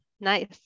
Nice